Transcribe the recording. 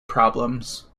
problems